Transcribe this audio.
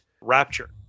Rapture